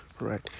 right